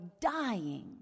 dying